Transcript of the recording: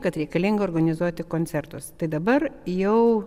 kad reikalinga organizuoti koncertus tai dabar jau